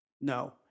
No